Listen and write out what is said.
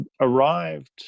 arrived